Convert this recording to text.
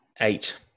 eight